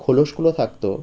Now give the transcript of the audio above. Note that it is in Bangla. খোলসগুলো থাকত